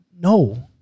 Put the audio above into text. no